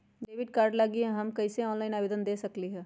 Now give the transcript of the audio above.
Debit card लागी हम कईसे ऑनलाइन आवेदन दे सकलि ह?